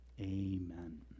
Amen